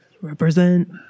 represent